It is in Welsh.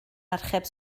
archeb